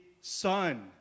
son